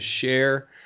share